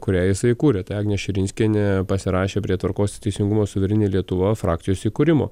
kurią jisai įkūrė tai agnė širinskienė pasirašė prie tvarkos teisingumo suvereni lietuva frakcijos įkūrimo